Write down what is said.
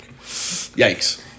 Yikes